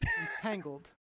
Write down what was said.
Entangled